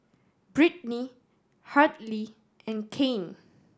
Brittni Hartley and Kanye